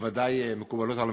בוודאי מקובלות על המשרד.